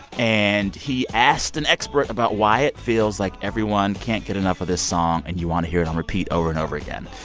and he asked an expert about why it feels like everyone can't get enough of this song and you want to hear it on repeat over and over again.